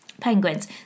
penguins